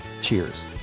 Cheers